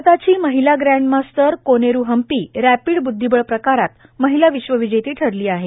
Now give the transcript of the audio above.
भारताची महिला grandmaster Koneru Humpy rapid ब्द्धिबळ प्रकारात महिला विश्वविजेती ठरली आहे